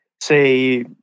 say